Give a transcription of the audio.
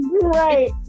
Right